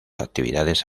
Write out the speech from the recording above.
actividades